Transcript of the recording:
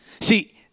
See